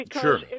Sure